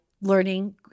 learning